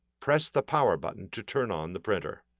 press the power button to turn on the printer.